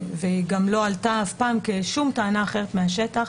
והיא גם לא עלתה אף פעם כשום טענה אחרת מהשטח,